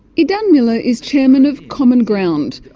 idan miller is chairman of common ground,